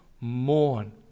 mourn